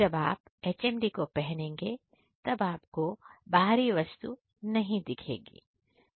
जब आप HMD को पहनेंगे तब आपको बाहरी वस्तु नहीं दिखेगी